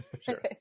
sure